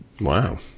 Wow